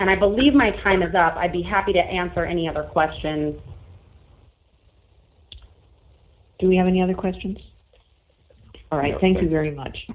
and i believe my time is up i'd be happy to answer any other questions do we have any other questions all right thank you very much